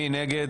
מי נגד?